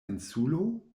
insulo